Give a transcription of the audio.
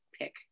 pick